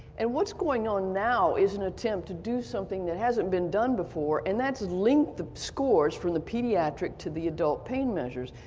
and what's going on now is an attempt to do something that hasn't been done before, and that's link the scores from the pediatric to the adult pain measures,